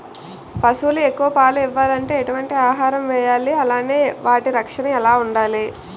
పశువులు ఎక్కువ పాలు ఇవ్వాలంటే ఎటు వంటి ఆహారం వేయాలి అలానే వాటి రక్షణ ఎలా వుండాలి?